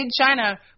China